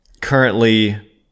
currently